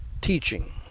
teaching